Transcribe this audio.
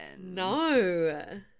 No